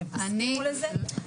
אתם תסכימו לזה?